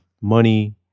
money